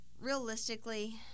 realistically